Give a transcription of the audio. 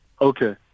okay